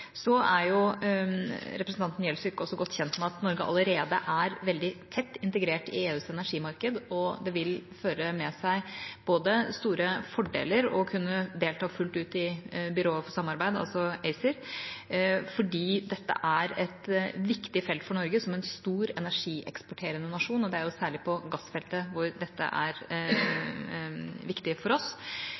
Representanten Gjelsvik er også godt kjent med at Norge allerede er veldig tett integrert i EUs energimarked. Det vil føre med seg store fordeler å kunne delta fullt ut i byrået for samarbeid, ACER, fordi dette er et viktig felt for Norge som en stor energieksporterende nasjon. Det er særlig på gassfeltet dette er viktig for oss.